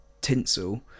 tinsel